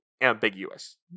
ambiguous